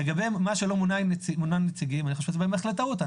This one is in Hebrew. לגבי זה שלא מונו נציגים זאת בהחלט טעות.